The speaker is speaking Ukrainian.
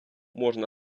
можна